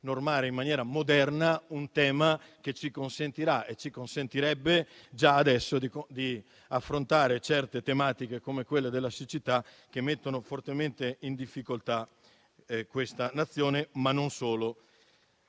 in maniera moderna un tema che ci consentirà e ci consentirebbe già adesso di affrontare certe tematiche, come quelle della siccità, che mettono fortemente in difficoltà questa Nazione, ma non solo.